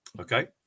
Okay